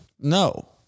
No